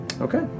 Okay